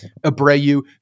Abreu